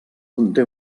conté